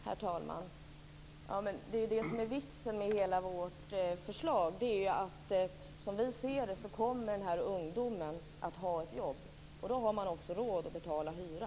Herr talman! Det som är vitsen med hela vårt förslag är ju att den här ungdomen som vi ser det kommer att ha ett jobb. Då har man också råd att betala hyra.